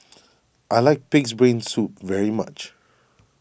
I like Pig's Brain Soup very much